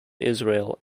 israel